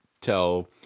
tell